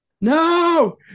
No